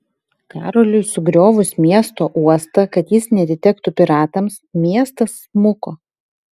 karoliui sugriovus miesto uostą kad jis neatitektų piratams miestas smuko